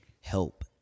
help